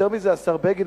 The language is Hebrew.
השר בגין,